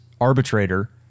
arbitrator